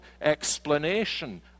explanation